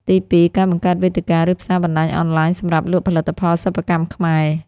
ទីពីរ ការបង្កើតវេទិកា ឬផ្សារបណ្តាញអនឡាញសម្រាប់លក់ផលិតផលសិប្បកម្មខ្មែរ។